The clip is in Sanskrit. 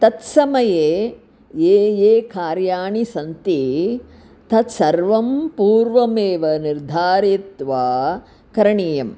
तत्समये ये ये कार्याणि सन्ति तत्सर्वं पूर्वमेव निर्धारित्वा करणीयम्